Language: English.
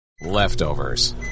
Leftovers